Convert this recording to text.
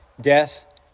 death